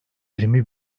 yirmi